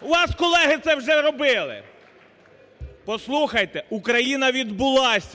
У вас колеги це вже робили. Послухайте! Україна відбулась,